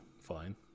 fine